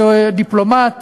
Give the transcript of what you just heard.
שהיה דיפלומט,